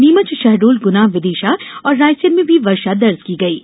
नीमच शहडोलगुना विदिशा और रायसेन में भी वर्षा दर्ज की गई है